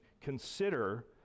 Consider